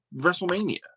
WrestleMania